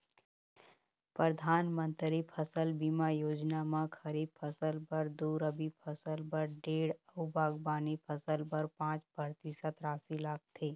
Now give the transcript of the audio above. परधानमंतरी फसल बीमा योजना म खरीफ फसल बर दू, रबी फसल बर डेढ़ अउ बागबानी फसल बर पाँच परतिसत रासि लागथे